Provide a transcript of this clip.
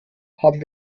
haben